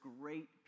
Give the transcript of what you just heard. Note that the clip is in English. great